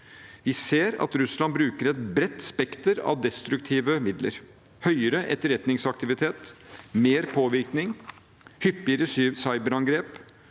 Vi ser at Russland bruker et bredt spekter av destruktive midler – høyere etterretningsaktivitet, mer påvirkning, hyppigere cyberangrep